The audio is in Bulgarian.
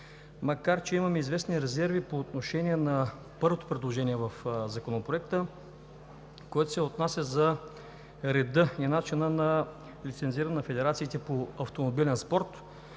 макар че имаме известни резерви по отношение на първото предложение в Законопроекта, което се отнася за реда и начина на лицензиране на федерациите по автомобилен спорт.